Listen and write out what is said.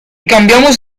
cambiamos